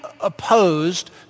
opposed